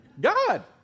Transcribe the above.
God